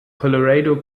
colorado